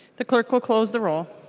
the clerk will close the roll.